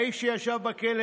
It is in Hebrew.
האיש שישב בכלא,